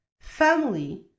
family